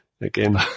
again